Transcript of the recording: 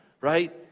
right